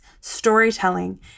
storytelling